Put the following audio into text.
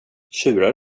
tjurar